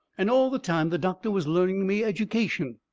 and all the time the doctor was learning me education.